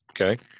okay